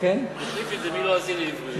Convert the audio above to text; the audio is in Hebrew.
כן, החליף את זה מלועזי לעברי.